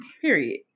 Period